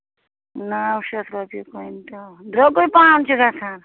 نو شَتھ رۄپیہِ کوینٹَل درٛوٚگُے پَہم چھُ گژھان